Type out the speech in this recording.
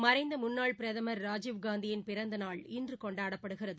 மறைந்த முன்னாள் பிரதமர் ராஜீவ் காந்தியின் பிறந்தநாள் இன்று கொண்டாடப்படுகிறது